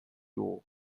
dugu